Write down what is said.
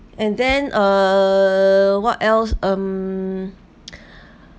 and then uh what else um